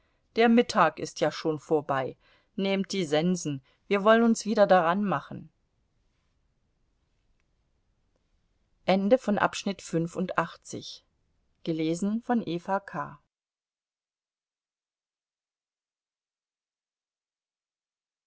der mittag ist ja schon vorbei nehmt die sensen wir wollen uns wieder dranmachen